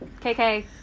KK